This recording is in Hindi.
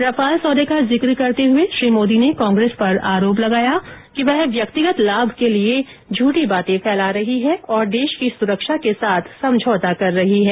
रफाल सौदे का जिक्र करते हुए श्री मोदी ने कांग्रेस पर आरोप लगाया कि वह व्यक्तिगत लाभ के लिए झूठी बातें फैला रही है और देश की सुरक्षा के साथ समझौता कर रही है